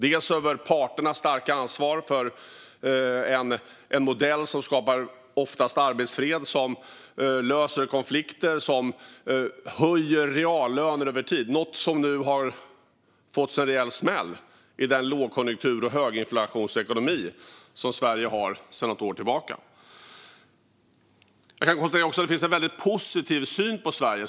De är imponerade av parternas starka ansvar för en modell som oftast skapar arbetsfred, som löser konflikter och som höjer reallöner över tid - något som nu har fått sig en rejäl smäll i den lågkonjunktur och höginflationsekonomi som Sverige har sedan något år tillbaka. Jag kan också konstatera att det finns en väldigt positiv syn på Sverige.